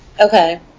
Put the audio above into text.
Okay